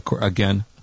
again